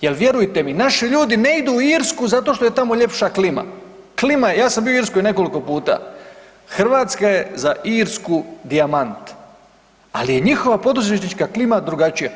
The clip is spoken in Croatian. Jer vjerujte mi, naši ljudi ne idu Irsku zato što je tamo ljepša klima, ja sam bio u Irskoj nekoliko puta, Hrvatska je za Irsku dijamant, ali je njihova poduzetnička klima drugačija.